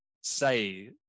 say